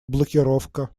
блокировка